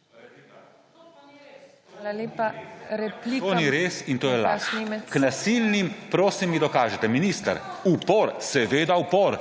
(PS SD):** To ni res in to je laž! K nasilnim? Prosim, mi dokažite. Minister, upor, seveda upor!